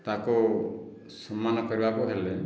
ତାକୁ ସମ୍ମାନ କରିବାକୁ ହେଲେ